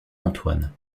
antoine